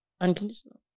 unconditional